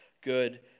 good